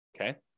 okay